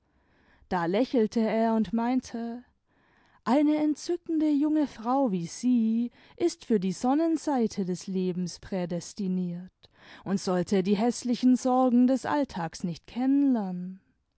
da lächelte er und meinte eine entzückende junge frau wie sie ist für die sonnenseite des lebens prädestiniert und sollte die häßlichen sorgen des alltags nicht